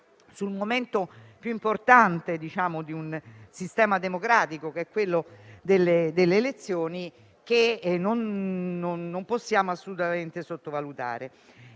sul momento più importante di un sistema democratico, quello delle elezioni, che non possiamo assolutamente sottovalutare.